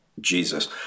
Jesus